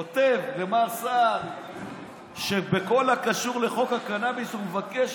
כותב למר סער שבכל הקשור לחוק הקנביס הוא מבקש